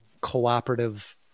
cooperative